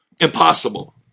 Impossible